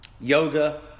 yoga